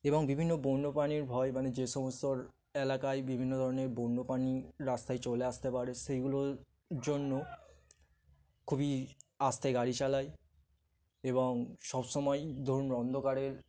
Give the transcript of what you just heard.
এবং বিভিন্ন বন্যপ্রাণীর ভয় মানে যে সমস্ত এলাকায় বিভিন্ন ধরনের বন্যপাণী রাস্তায় চলে আসতে পারে সেইগুলোর জন্য খুবই আস্তে গাড়ি চালায় এবং সব সমময় ধরুন অন্ধকারের